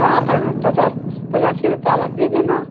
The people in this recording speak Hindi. हाँ पर पचास पचास किलो पालक दे देना